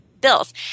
Bills